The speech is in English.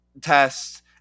tests